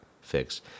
fix